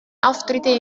auftritte